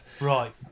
right